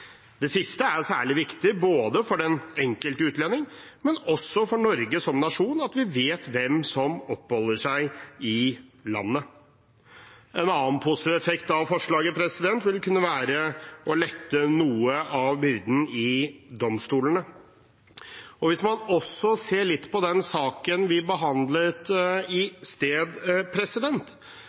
Det siste er særlig viktig ikke bare for den enkelte utlending, men også for Norge som nasjon, at vi vet hvem som oppholder seg i landet. En annen positiv effekt av forslaget vil kunne være å lette noe av byrden i domstolene. Hvis man også ser litt på den saken vi behandlet i sted,